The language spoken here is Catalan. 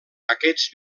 aquests